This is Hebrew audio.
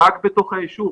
רק בתוך היישוב.